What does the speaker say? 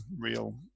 real